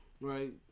right